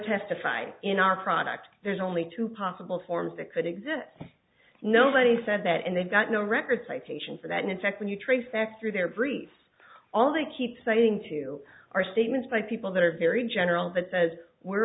testify in our product there's only two possible forms that could exist nobody said that and they've got no record citation for that in fact when you trace x through their briefs all they keep saying two are statements by people that are very general that says we're